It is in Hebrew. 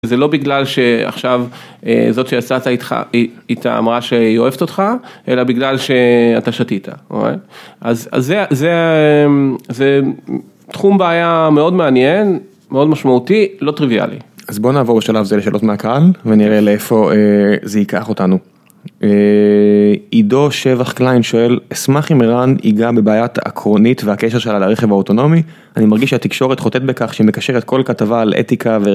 זה לא בגלל שעכשיו, זאת שיצאת איתה אמרה שהיא אוהבת אותך, אלא בגלל שאתה שתית, אז זה תחום בעיה מאוד מעניין, מאוד משמעותי, לא טריוויאלי. אז בוא נעבור בשלב הזה לשאלות מהקהל, ונראה לאיפה זה ייקח אותנו. עידו שבח קליין שואל, אשמח אם ערן יגע בבעיה עקרונית והקשר שלה לרכב האוטונומי? אני מרגיש שהתקשורת חוטאת בכך שמקשרת כל כתבה על אתיקה.